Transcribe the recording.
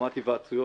השלמת היוועצויות.